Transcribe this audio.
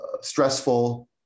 stressful